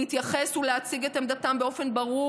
להתייחס ולהציג את עמדתם באופן ברור